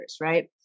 right